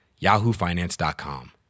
yahoofinance.com